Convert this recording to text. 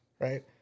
Right